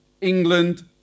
England